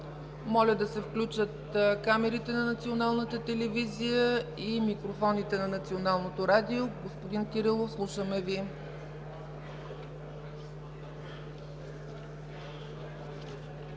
Моля да се включат камерите на Националната телевизия и микрофоните на Националното радио. Господин Кирилов, слушаме Ви.